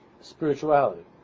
Spirituality